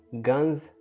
guns